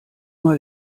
mal